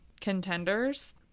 contenders